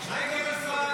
נצביע כעת